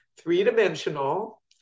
three-dimensional